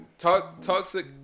Toxic